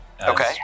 Okay